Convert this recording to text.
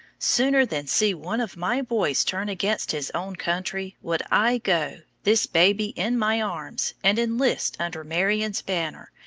sooner than see one of my boys turn against his own country, would i go, this baby in my arms, and enlist under marion's banner,